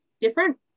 different